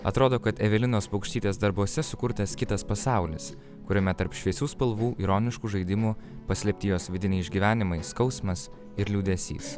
atrodo kad evelinos paukštytės darbuose sukurtas kitas pasaulis kuriame tarp šviesių spalvų ironiškų žaidimų paslėpti jos vidiniai išgyvenimai skausmas ir liūdesys